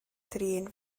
drin